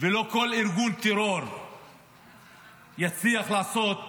ולא שום ארגון טרור יצליח לעשות